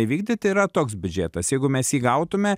įvykdyti yra toks biudžetas jeigu mes jį gautume